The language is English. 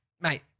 mate